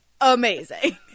amazing